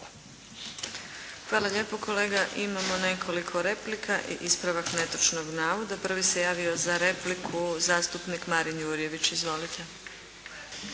(HSLS)** Hvala lijepo kolega. Imamo nekoliko replika i ispravak netočnog navoda. Prvo se javio za repliku zastupnik Marin Jurjević. Izvolite.